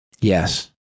Yes